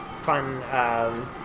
fun